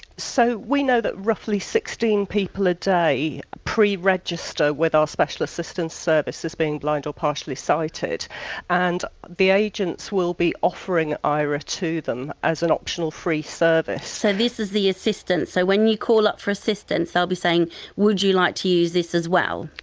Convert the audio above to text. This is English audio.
so we know that roughly sixteen people a day pre-register with our special assistance service as being blind or partially sighted and the agents will be offering ah aira to them as an optional free service. kumutatso, so this is the assistance, so when you call up for assistance they'll be saying would you like to use this as well.